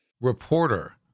Reporter